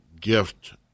gift